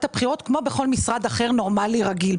הבחירות כמו בכל משרד אחר נורמלי רגיל.